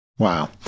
Wow